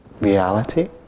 reality